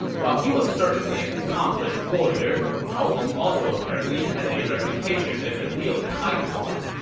while he was certainly an accomplished warrior, cao hong also apparently had a reputation as a real tightwad.